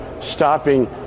stopping